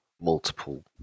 multiple